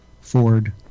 Ford